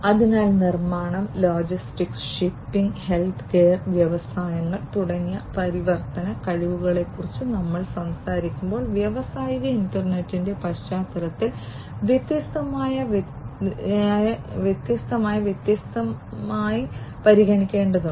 അതിനാൽ നിർമ്മാണം logistics shipping healthcare വ്യവസായങ്ങൾ തുടങ്ങിയ പരിവർത്തന കഴിവുകളെക്കുറിച്ച് നമ്മൾ സംസാരിക്കുമ്പോൾ വ്യാവസായിക ഇന്റർനെറ്റിന്റെ പശ്ചാത്തലത്തിൽ വ്യത്യസ്തമായി വ്യത്യസ്തമായി പരിഗണിക്കേണ്ടതുണ്ട്